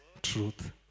truth